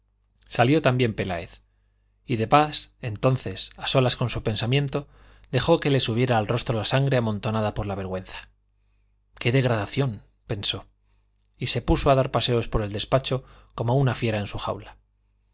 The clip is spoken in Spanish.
salió también peláez y de pas entonces a solas con su pensamiento dejó que le subiera al rostro la sangre amontonada por la vergüenza qué degradación pensó y se puso a dar paseos por el despacho como una fiera en su jaula